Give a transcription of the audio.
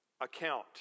account